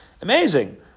amazing